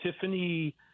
Tiffany